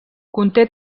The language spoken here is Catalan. conté